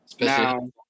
Now